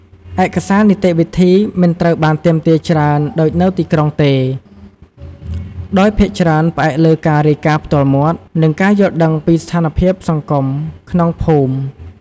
ឯកសារនីតិវិធីមិនត្រូវបានទាមទារច្រើនដូចនៅទីក្រុងទេ ដោយភាគច្រើន ផ្អែកលើការរាយការណ៍ផ្ទាល់មាត់ និងការយល់ដឹងពីស្ថានភាពសង្គមក្នុងភូមិ។